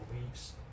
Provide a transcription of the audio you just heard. weeks